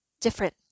different